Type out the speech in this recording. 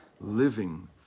living